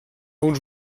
uns